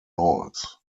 noise